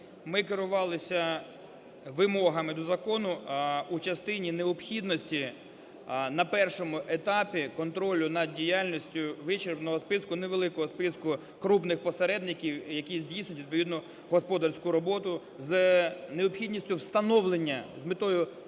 ми керувалися вимогами до закону у частині необхідності на першому етапі контролю над діяльністю вичерпного списку, невеликого списку крупних посередників, які здійснюють відповідну господарську роботу, з необхідністю встановлення, з метою